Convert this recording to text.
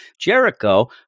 Jericho